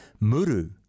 Muru